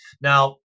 Now